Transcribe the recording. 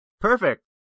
perfect